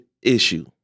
Issue